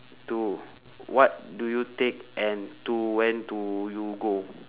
to what do you take and to when do you go